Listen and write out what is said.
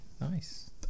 nice